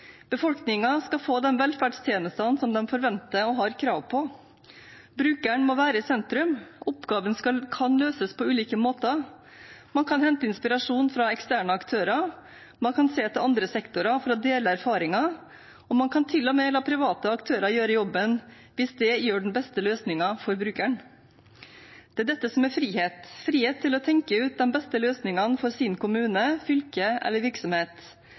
skal få de velferdstjenestene de forventer og har krav på, brukeren må være i sentrum. Oppgaven kan løses på ulike måter – man kan hente inspirasjon fra eksterne aktører, man kan se til andre sektorer for å dele erfaringer, og man kan til og med la private aktører gjøre jobben hvis det er den beste løsningen for brukeren. Det er dette som er frihet, frihet til å tenke ut de beste løsningene for sin kommune, sitt fylke eller sin virksomhet